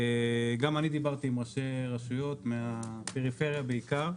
גם אני דיברתי עם ראשי רשויות מהפריפריה בעיקר,